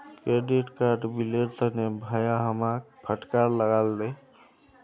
credit card बिलेर तने भाया हमाक फटकार लगा ले